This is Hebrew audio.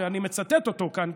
שאני מצטט אותו כאן,